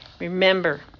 Remember